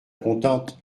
contente